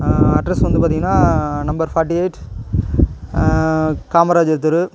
address வந்து பார்த்திங்கன்னா number forty eight Kamarajar தெரு